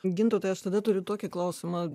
gintautai aš tada turiu tokį klausimą